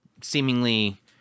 seemingly